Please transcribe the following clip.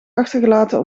achtergelaten